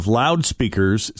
loudspeakers